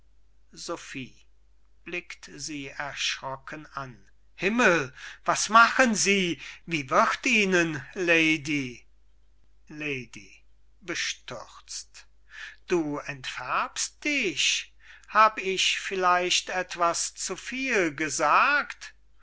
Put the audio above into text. himmel was machen sie wie wird ihnen lady lady bestürzt du entfärbst dich hab ich vielleicht etwas zu viel gesagt